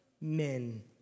men